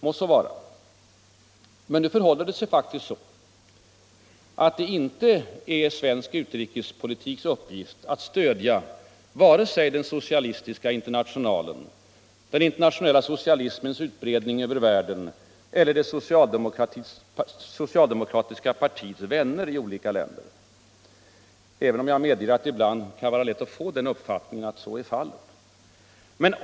Må så vara, men nu förhåller det sig faktiskt så, att det inte ät svensk utrikespolitiks uppgift att stödja vare sig Socialistiska internationalen, den internationella socialismens utbredning över världen eller det socialdemokratiska partiets vänner i olika länder —- även om jag medger att det ibland kan vara lätt att få uppfattningen att så är fallet.